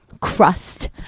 crust